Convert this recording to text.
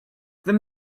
there